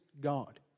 God